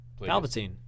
Palpatine